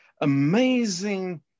amazing